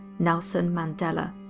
nelson mandela.